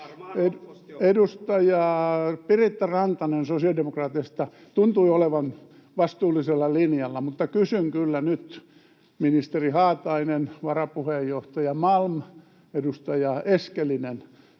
Edustaja Piritta Rantanen sosiaalidemokraateista tuntui olevan vastuullisella linjalla, mutta kysyn kyllä nyt, ministeri Haatainen, varapuheenjohtaja Malm, edustaja Eskelinen: